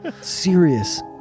serious